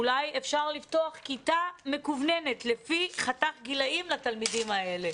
אולי אפשר לפתוח כיתה מקוונת לפי חתך גילאים לתלמידים האלה.